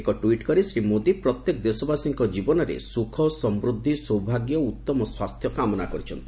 ଏକ ଟ୍ୱିଟ୍ କରି ଶ୍ରୀ ମୋଦି ପ୍ରତ୍ୟେକ ଦେଶବାସୀଙ୍କ ଜୀବନରେ ସୁଖ ସମୃଦ୍ଧି ସୌଭାଗ୍ୟ ଓ ଉତ୍ତମ ସ୍ୱାସ୍ଥ୍ୟ କାମନା କରିଛନ୍ତି